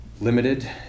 limited